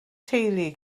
teulu